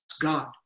god